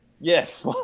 Yes